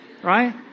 Right